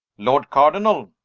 lord cardinall,